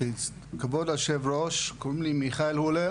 כבוד יושב הראש, קוראים לי מיכאל הולר